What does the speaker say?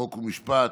חוק ומשפט,